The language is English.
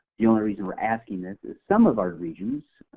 the only reason we're asking this is some of our regions,